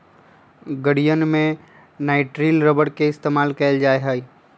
गड़ीयन में nitrile rubber के इस्तेमाल कइल जा हई